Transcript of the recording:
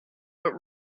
but